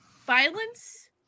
violence